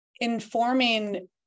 informing